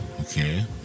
okay